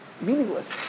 meaningless